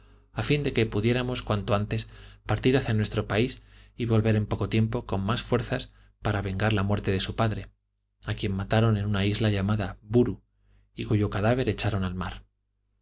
a fin de que pudiéramos cuanto antes partir hacia nuestro país y volver en poco tiempo con más fuerzas para vengar la muerte de su padre a quien mataron en una isla llamada burr y cuyo cadáver echaron al mar